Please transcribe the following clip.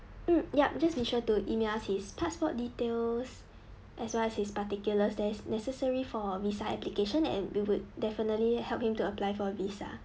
mm yup just make sure to email us his passport details as well as his particulars that is necessary for visa application and we would definitely help him to apply for a visa